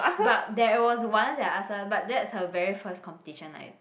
but there was once that I ask her but that's her very first competition like